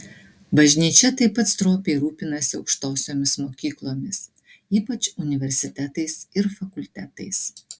bažnyčia taip pat stropiai rūpinasi aukštosiomis mokyklomis ypač universitetais ir fakultetais